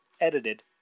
edited